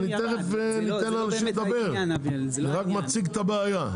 אני תיכף אתן לאנשים לדבר, אני רק מציג את הבעיה.